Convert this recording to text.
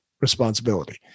responsibility